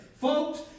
Folks